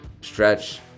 stretch